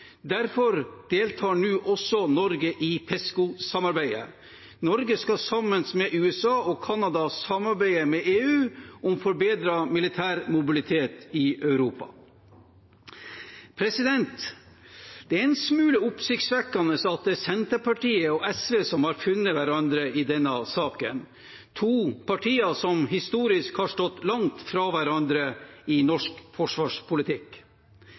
Derfor deltar nå også Norge i PESCO-samarbeidet. Norge skal sammen med USA og Canada samarbeide med EU om forbedret militær mobilitet i Europa. Det er en smule oppsiktsvekkende at det er Senterpartiet og SV som har funnet hverandre i denne saken – to partier som historisk har stått langt fra hverandre i norsk forsvarspolitikk.